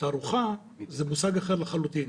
תערוכה זה מושג אחר לחלוטין,